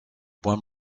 one